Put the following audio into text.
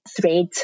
thread